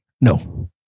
No